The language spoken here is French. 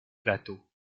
plateau